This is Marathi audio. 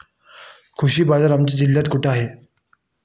कृषी बाजार आमच्या जिल्ह्यात कुठे आहे?